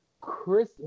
Chris